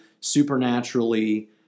supernaturally